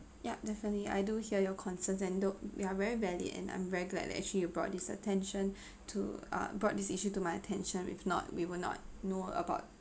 yup definitely I do hear your concerns and though we are very valid and I'm very glad that actually you brought this attention to uh brought this issue to my attention if not we will not know about